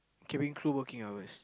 cabin crew working hours